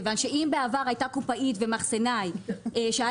כי אם בעבר היו קופאית ומחסנאי שהיה